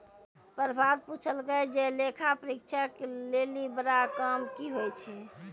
प्रभात पुछलकै जे लेखा परीक्षक लेली बड़ा काम कि होय छै?